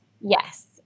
Yes